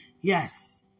Yes